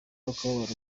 akababaro